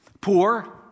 Poor